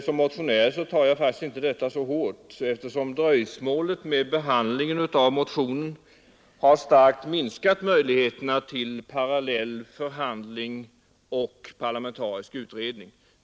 Som motionär tar jag faktiskt inte detta så hårt, eftersom dröjsmålet med behandlingen av motionen starkt har minskat möjligheterna till förhandling och parlamentarisk utredning parallellt.